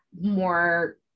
more